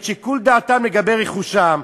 את שיקול דעתם לגבי רכושם,